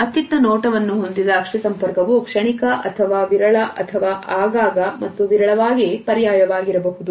ಅತ್ತಿತ್ತ ನೋಟವನ್ನು ಹೊಂದಿದ ಅಕ್ಷಿಷಿ ಸಂಪರ್ಕವು ಕ್ಷಣಿಕ ಅಥವಾ ವಿರಳ ಅಥವಾ ಆಗಾಗ ಮತ್ತು ವಿರಳವಾಗಿ ಪರ್ಯಾಯವಾಗಿರಬಹುದು